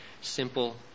simple